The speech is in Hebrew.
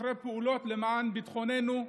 אחרי פעולות למען ביטחוננו.